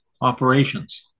operations